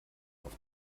auf